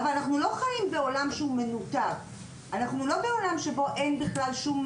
אנחנו לא חיים בעולם מנותק שבו אין שום